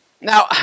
Now